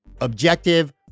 objective